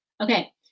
Okay